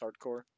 hardcore